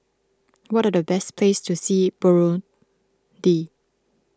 what are the best places to see in Burundi